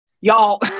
Y'all